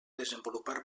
desenvolupar